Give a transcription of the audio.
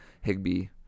Higby